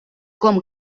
com